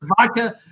vodka